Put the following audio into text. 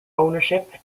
ownership